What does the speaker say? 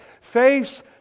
face